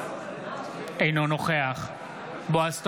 אינו נוכח בועז טופורובסקי,